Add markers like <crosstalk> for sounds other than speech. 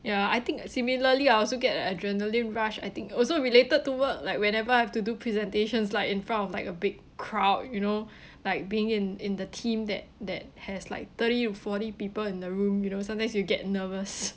ya I think similarly I also get an adrenaline rush I think also related to work like whenever I have to do presentations like in front of like a big crowd you know <breath> like being in in the team that that has like thirty or forty people in the room you know sometimes you get nervous